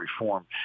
reform